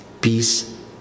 peace